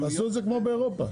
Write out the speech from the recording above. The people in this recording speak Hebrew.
תעשו את זה כמו באירופה.